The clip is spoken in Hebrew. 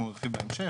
אנחנו נרחיב בהמשך.